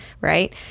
right